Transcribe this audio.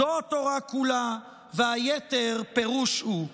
זו התורה כולה, והיתר, פירוש הוא".